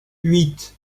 huit